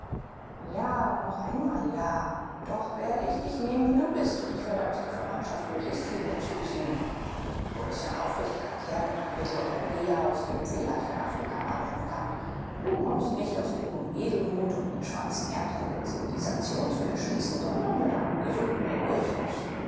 ja und noch einmal ja doch ich werde dich nehmen wie du bist und ich werde aus der verwandtschaft möglichst viel nutzen ziehen du bist ein aufrichtiger kerl und ein mitteleuropäer aus dem vielleicht ein afrikaner werden kann du kommst nicht aus purem edelmut um den schwarzen erdteil der zivilisation zu erschließen sondern mit einem gesunden egoismus